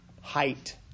height